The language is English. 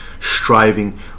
striving